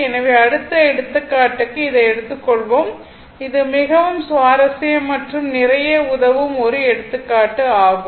எனவே அடுத்த எடுத்துக்காட்டுக்கு இதை எடுத்துக் கொள்வோம் இது மிகவும் சுவாரஸ்யமான மற்றும் நிறைய உதவும் ஒரு எடுத்துக்காட்டு ஆகும்